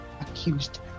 accused